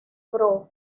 pbro